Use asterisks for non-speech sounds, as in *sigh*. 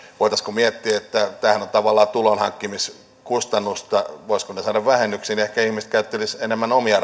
voitaisiinko miettiä kun tämähän on tavallaan tulonhankkimiskustannusta voisiko ne saada vähennyksiin ehkä ihmiset käyttelisivät sitten enemmän omia *unintelligible*